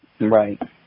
Right